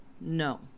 No